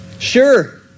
Sure